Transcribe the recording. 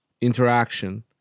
interaction